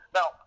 Now